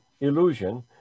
illusion